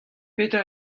petra